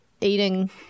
eating